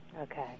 okay